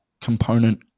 component